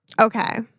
Okay